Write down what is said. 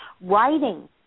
Writing